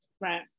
Right